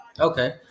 okay